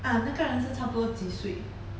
ah 那个人是差不多几岁